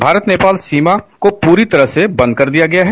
भारत नेपाल सीमा को पूरी तरह से बंद कर दिया गया है